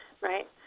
Right